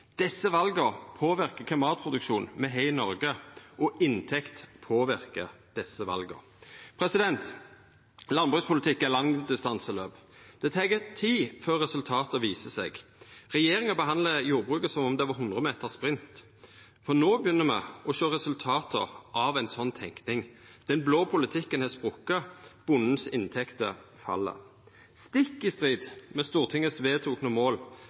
Desse vala påverkar kva matproduksjon me har i Noreg. Inntekt påverkar desse vala. Landbrukspolitikk er langdistanseløp. Det tek tid før resultata viser seg. Regjeringa behandlar jordbruket som om det var 100 meter sprint. No begynner me å sjå resultata av ei slik tenking. Den blå politikken har sprokke, inntektene til bonden fell – stikk i strid med Stortingets vedtekne mål